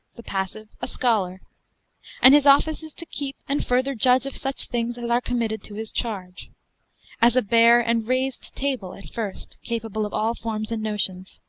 the passive a scholar and his office is to keep and further judge of such things as are committed to his charge as a bare and rased table at first, capable of all forms and notions.